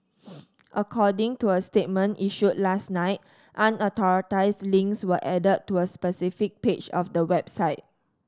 according to a statement issued last night unauthorised links were added to a specific page of the website